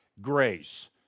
grace